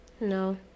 No